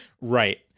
Right